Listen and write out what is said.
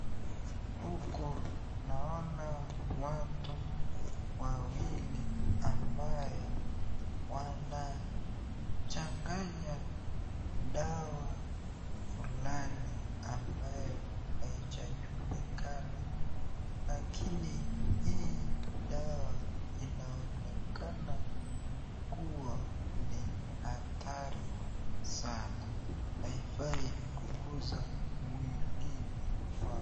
Huku naona watu wawili ambaye wanachanganya dawa fulani ambayo haijajulikana lakini hii dawa inaonekana kuwa ni hatari sana haifai kuguza mwilini wako.